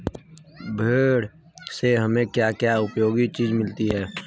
भेड़ से हमें क्या क्या उपयोगी चीजें मिलती हैं?